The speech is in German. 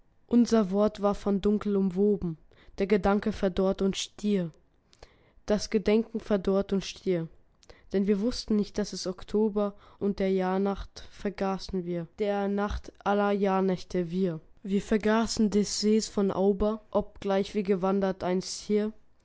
unser wort war von dunkel umwoben der gedanke verdorrt und stier das gedenken verdorrt und stier denn wir wußten nicht daß es oktober und der jahrnacht vergaßen wir der nacht aller jahrnächte wir wir vergaßen des sees von auber obgleich wir gewandert einst hier